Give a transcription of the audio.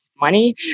money